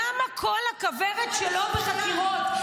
למה כל הכוורת שלו בחקירות?